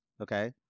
okay